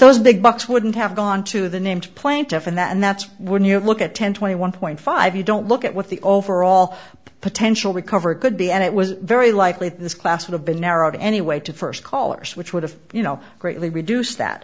those big bucks wouldn't have gone to the named plaintiff in that and that's when you look at ten twenty one point five you don't look at what the overall potential recovery could be and it was very likely that this class would have been narrowed anyway to first callers which would have you know greatly reduced that